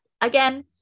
again